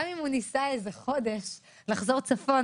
גם אם הוא ניסה איזה חודש לחזור צפונה,